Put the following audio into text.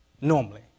normally